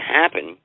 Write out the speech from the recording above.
happen